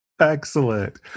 Excellent